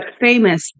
famous